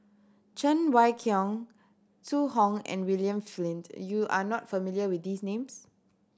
Cheng Wai Keung Zhu Hong and William Flint you are not familiar with these names